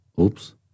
Oops